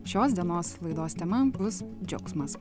šios dienos laidos tema bus džiaugsmas